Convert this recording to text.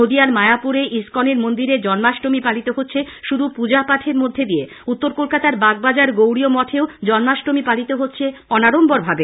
নদিয়ার মায়াপুরে ইস্কনের মন্দিরে জন্মাষ্টমী পালিত হচ্ছে শুধু পুজোপাঠের মধ্য উত্তর কলকাতার বাগবাজার গৌড়ীয় মঠেও জন্মাষ্টমী পালিত হচ্ছে অনাড়ম্বর ভাবে